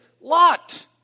Lot